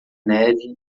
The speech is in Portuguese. neve